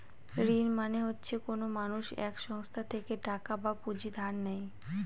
ঋণ মানে হচ্ছে কোনো মানুষ এক সংস্থা থেকে টাকা বা পুঁজি ধার নেয়